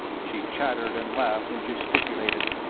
she chattered and laughed and gesticulated,